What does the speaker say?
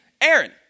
Aaron